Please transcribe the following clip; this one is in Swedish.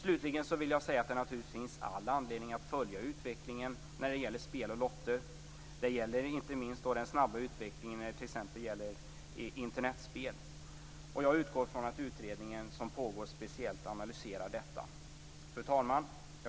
Slutligen vill jag säga att det naturligtvis finns all anledning att följa utvecklingen i fråga om spel och lotter. Detta gäller inte minst den snabba utvecklingen beträffande Internetspel. Jag utgår ifrån att den utredning som pågår speciellt analyserar detta. Fru talman!